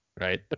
right